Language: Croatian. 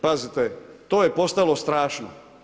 Pazite, to je postalo strašno.